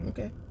Okay